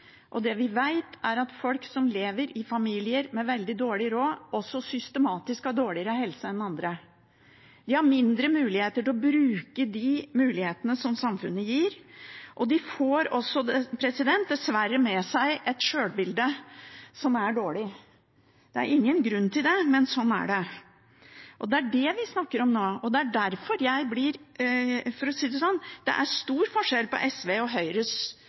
og det vi vet, er at folk som lever i familier med veldig dårlig råd, også systematisk har dårligere helse enn andre. De har færre muligheter til å bruke de mulighetene som samfunnet gir, og de får dessverre også med seg et sjølbilde som er dårlig. Det er ingen grunn til det, men sånn er det. Det er det vi snakker om nå, og det er, for å si det sånn, stor forskjell på SV og Høyres